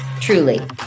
truly